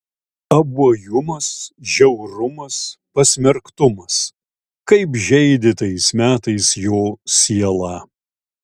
abuojumas žiaurumas pasmerktumas kaip žeidė tais metais jo sielą